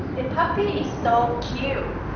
and puppy is so cute.